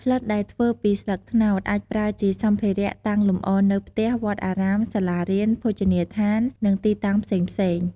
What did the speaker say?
ផ្លិតដែលធ្វើពីស្លឹកត្នោតអាចប្រើជាសម្ភារៈតាំងលម្អនៅផ្ទះ វត្តអារាម សាលារៀន ភោជនីយដ្ឋាន និងទីតាំងផ្សេងៗ។